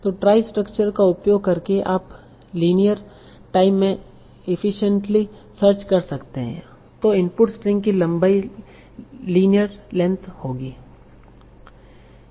तो trie structure का उपयोग करके आप लीनियर टाइम में एफिसियन्टली सर्च कर सकते है तो इनपुट स्ट्रिंग की लम्बाई लीनियर लेंथ होगी